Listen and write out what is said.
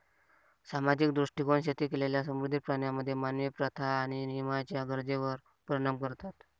सामाजिक दृष्टीकोन शेती केलेल्या समुद्री प्राण्यांमध्ये मानवी प्रथा आणि नियमांच्या गरजेवर परिणाम करतात